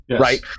Right